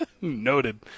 Noted